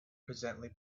presently